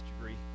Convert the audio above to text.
degree